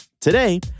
Today